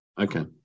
Okay